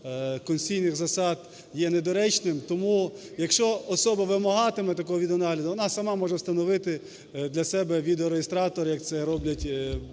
конституційних засад є недоречним. Тому якщо особа вимагатиме такого відеонагляду, вона сама може встановити для себе відеореєстратор, як це роблять, буває